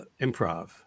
Improv